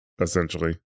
essentially